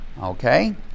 Okay